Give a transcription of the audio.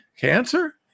cancer